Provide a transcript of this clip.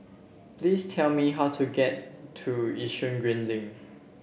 please tell me how to get to Yishun Green Link